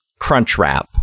Crunchwrap